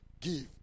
give